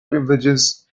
privileges